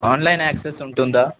online access ఉంటుందా